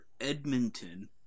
Edmonton